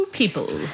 people